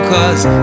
Cause